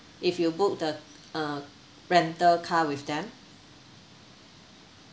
if you book the uh rental car with them